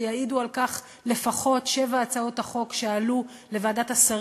ויעידו על כך לפחות שבע הצעות החוק שעלו שלשום